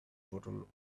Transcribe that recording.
bottle